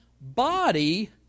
body